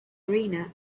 arena